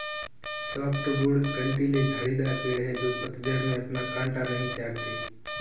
softwood कँटीले झाड़ीदार पेड़ हैं जो पतझड़ में अपना काँटा नहीं त्यागते